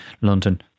London